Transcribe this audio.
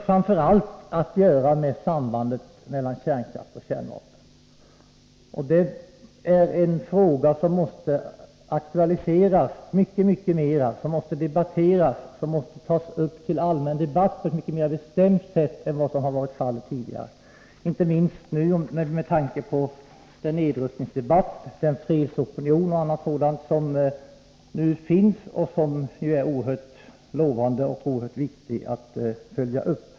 Framför allt har det att göra med sambandet mellan kärnkraft och kärnvapen. Den frågan måste tas upp till allmän debatt på ett mycket mera bestämt sätt än vad som varit fallet tidigare, inte minst med tanke på den nedrustningsdebatt och den fredsopinion som finns och som det är oerhört viktigt att följa upp.